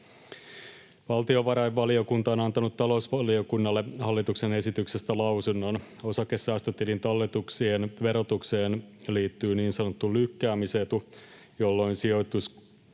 Valtiovarainvaliokunta on antanut talousvaliokunnalle hallituksen esityksestä lausunnon. Osakesäästötilin talletuksien verotukseen liittyy niin sanottu lykkäämisetu, jolloin sijoituskohteita